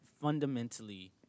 Fundamentally